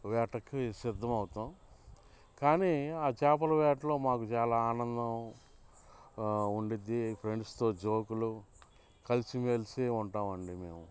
వేటకి సిద్ధమవుతాము కానీ ఆ చేపల వేటలో మాకు చాలా ఆనందం ఉండేది ఫ్రెండ్స్తో జోకులు కలిసి మెలిసి ఉంటాము అండి మేము